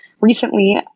recently